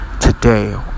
today